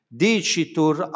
dicitur